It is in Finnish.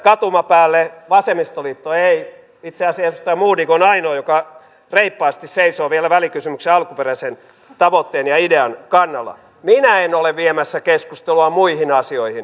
sitä varallisuutta ei kuitenkaan käytetä toiminnan rahoitukseen vaan sitä käytetään muun muassa uusien järjestelmien kunnossapitoon ja idean kannalla vielä en ole viemässä keskustelua muihin varaosiin